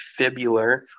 fibular